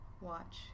Watch